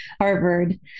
Harvard